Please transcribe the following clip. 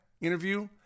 interview